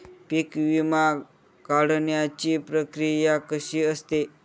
पीक विमा काढण्याची प्रक्रिया कशी असते?